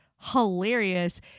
hilarious